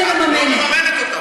את לא מממנת אותה.